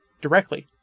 directly